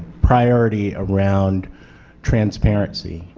priority around transparency.